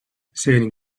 sailing